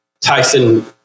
Tyson